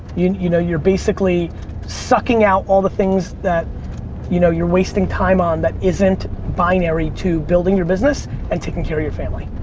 you know you know, you're basically sucking out all the things that you know you're wasting time on that isn't binary to building your business and taking care of your family.